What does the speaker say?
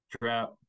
trap